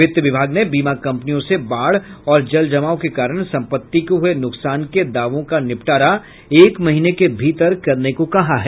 वित्त विभाग ने बीमा कंपनियों से बाढ़ और जलजमाव के कारण संपत्ति को हुए नुकसान के दावों का निबटारा एक महीने के भीतर करने को कहा है